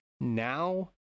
now